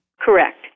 Correct